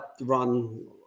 run